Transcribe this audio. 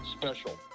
special